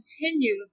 continue